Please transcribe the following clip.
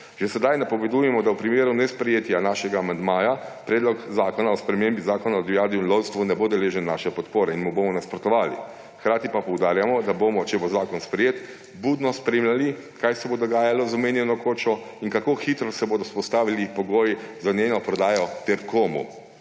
Že sedaj napovedujemo, da v primeru nesprejetja našega amandmaja Predlog zakona o spremembi Zakona o divjadi in lovstvu ne bo deležen naše podpore in mu bomo nasprotovali. Hkrati pa poudarjamo, da bomo, če bo zakon sprejet, budno spremljali, kaj se bo dogajalo z omenjeno kočo in kako hitro se bodo vzpostavili pogoji za njeno prodajo ter komu.